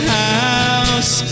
house